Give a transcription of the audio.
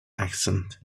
accent